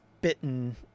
bitten